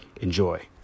enjoy